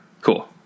cool